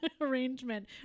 arrangement